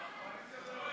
83